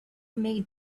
made